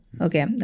Okay